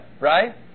right